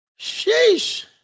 Sheesh